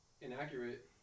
inaccurate